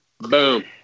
Boom